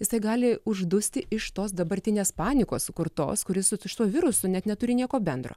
jisai gali uždusti iš tos dabartinės panikos sukurtos kuris su šituo virusu net neturi nieko bendro